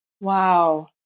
Wow